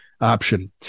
option